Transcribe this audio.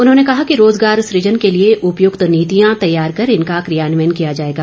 उन्होंने कहा कि रोजगार सुजन के लिए उपयुक्त नीतियां तैयार कर इनका क्रियान्वयन किया जाएगा